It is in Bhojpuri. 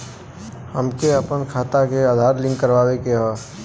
हमके अपना खाता में आधार लिंक करावे के बा?